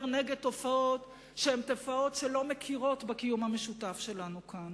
נגד תופעות שלא מכירות בקיום המשותף שלנו כאן.